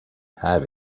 have